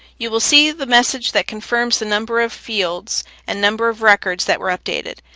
you will see the message that confirms the number of fields and number of records that were updated.